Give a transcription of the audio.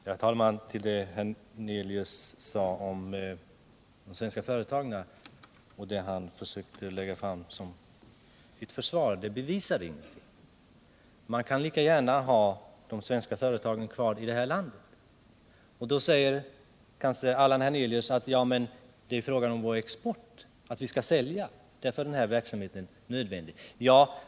Herr talman! Det som Allan Hernelius sade om de svenska företagen och som han försökte lägga fram som ett försvar bevisar ingenting. Man kan lika gärna ha de svenska företagen kvar i det här landet. Till det säger kanske Allan Hernelius: Ja, men det är fråga om vår export, att vi skall sälja. Därför är denna verksamhet nödvändig.